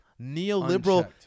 neoliberal